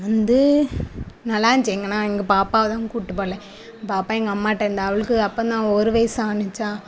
வந்து நல்லாயிருந்திச்சி எங்கன்னா எங்கள் பாப்பாவை தான் கூப்பிட்டு போகல எங்கள் பாப்பா எங்கள் அம்மாகிட்ட இருந்தால் அவளுக்கு அப்போ தான் ஒரு வயசு ஆகுச்சா